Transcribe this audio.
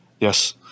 Yes